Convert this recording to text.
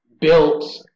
built